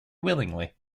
willingly